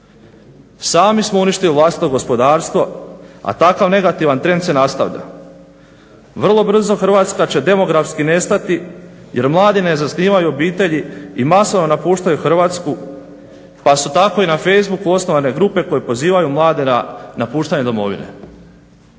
Sami smo uništili vlastito gospodarstvo, a takav negativan trend se nastavlja. Vrlo brzo Hrvatska će demografski nestati jer mladi ne zasnivaju obitelji i masovno napuštaju Hrvatsku pa su tako i na facebooku osnovane grupe koje pozivaju mlade na napuštanje domovine.